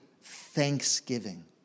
thanksgiving